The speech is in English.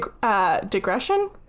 Digression